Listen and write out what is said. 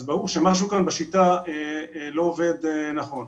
אז ברור שמשהו כאן בשיטה לא עובד נכון.